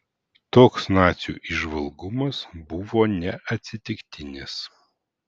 toks nacių įžvalgumas buvo neatsitiktinis